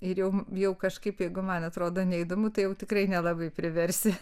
ir jau jau kažkaip jeigu man atrodo neįdomu tai jau tikrai nelabai priversi